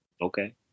Okay